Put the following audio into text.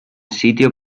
sitio